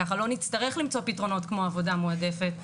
ככה לא נצטרך למצוא פתרונות כמו עבודה מועדפת,